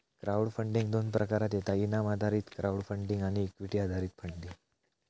crowd funding दोन प्रकारात येता इनाम आधारित क्राउड फंडिंग आणि इक्विटी आधारित फंडिंग